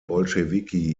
bolschewiki